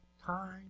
Time